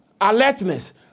alertness